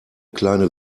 kleine